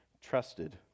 trusted